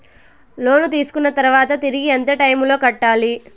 లోను తీసుకున్న తర్వాత తిరిగి ఎంత టైములో కట్టాలి